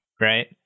right